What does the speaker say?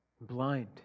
blind